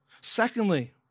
Secondly